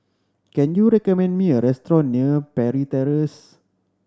can you recommend me a restaurant near Parry Terrace